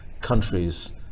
countries